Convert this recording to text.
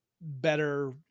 better